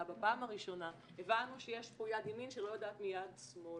בפעם הראשונה הבנו שיש פה יד ימין שלא יודעת מיד שמאל.